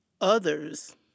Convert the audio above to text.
others